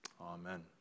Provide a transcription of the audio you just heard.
Amen